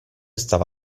stava